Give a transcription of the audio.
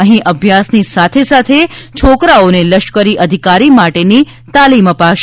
અહીં અભ્યાસની સાથે સાથે છોકરાઓને લશ્કરી અધિકારી માટેની તાલીમ અપાશે